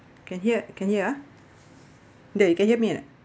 can hear can hear ah the you can hear me or not